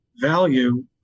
value